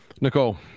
Nicole